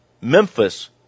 Memphis